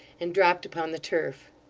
and dropped upon the turf.